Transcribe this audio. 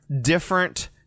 different